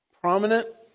prominent